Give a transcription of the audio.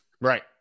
Right